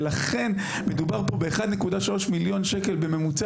לכן מדובר פה ב-1.3 מיליון שקל בממוצע